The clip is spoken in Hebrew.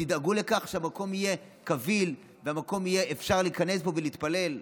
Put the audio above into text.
ותדאגו לכך שהמקום יהיה קביל ואפשר יהיה להיכנס למקום ולהתפלל.